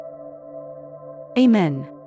Amen